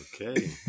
okay